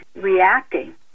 reacting